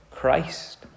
Christ